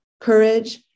courage